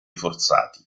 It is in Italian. forzati